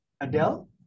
Adele